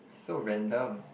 so random